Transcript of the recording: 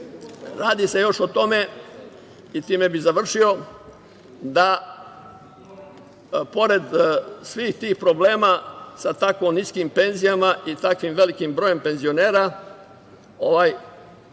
se još o tome, i time bih završio, da i pored svih tih problema sa tako niskim penzijama i tako velikim brojem penzionera, nije